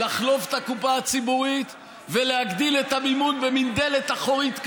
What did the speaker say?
לחלוב את הקופה הציבורית ולהגדיל את המימון במין דלת אחורית כזאת?